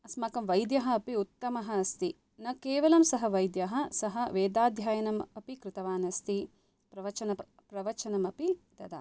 अस्माकं वैद्यः अपि उत्तमः अस्ति न केवलं सः वैद्यः सः वेदाध्ययनम् अपि कृतवान् अस्ति प्रवचन प्रवचनमपि ददाति